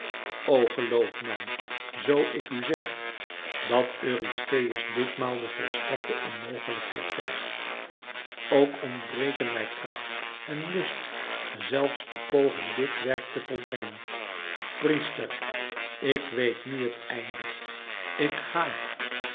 geloof mij zoo ik u zeg dat eurystheus dit maal de volstrekte onmogelijkheid vergt ook ontbreken mij kracht en lust zelfs te pogen dit werk te volbrengen priester ik weet nu het einde ik ga